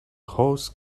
horse